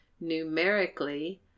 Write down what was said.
Numerically